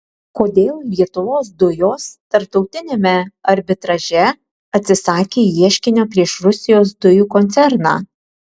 kodėl lietuvos dujos tarptautiniame arbitraže atsisakė ieškinio prieš rusijos dujų koncerną